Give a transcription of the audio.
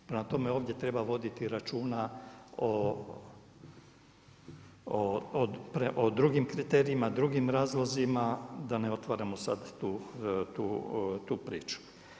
Prema tome, ovdje treba voditi računa o drugim kriterijima, drugim razlozima da ne otvaramo sad tu priču.